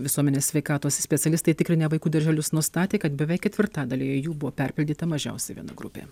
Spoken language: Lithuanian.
visuomenės sveikatos specialistai tikrinę vaikų darželius nustatė kad beveik ketvirtadalyje jų buvo perpildyta mažiausiai viena grupė